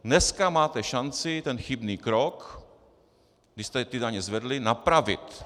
Dneska máte šanci ten chybný krok, kdy jste ty daně zvedli, napravit.